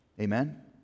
Amen